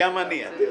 גם אני, את יודעת.